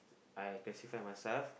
I classify myself